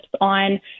on